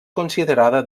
considerada